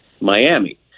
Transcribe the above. Miami